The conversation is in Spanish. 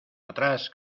atrás